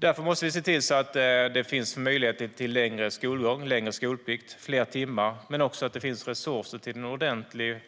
Därför måste det finnas möjlighet till längre skolgång, längre skolplikt och fler timmar men också resurser till ordentlig